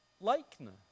likeness